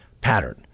pattern